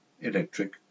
electric